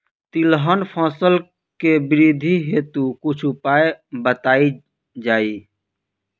तिलहन फसल के वृद्धी हेतु कुछ उपाय बताई जाई?